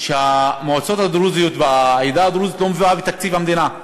שהמועצות הדרוזיות והעדה הדרוזית לא מופיעות בתקציב המדינה.